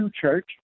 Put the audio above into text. church